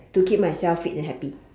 to keep myself fit and happy